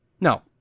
No